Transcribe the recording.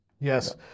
Yes